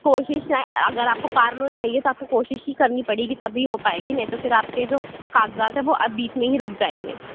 کوشش ہے اگر آپ کو کار لون چاہیے تو آپ کو کوشش ہی کرنی پڑے گی تبھی ہو پائے گی نہیں تو پھر آپ کے جو کاغذات ہیں وہ آ بیچ میں ہی رُک جائیں گے